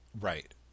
Right